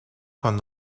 con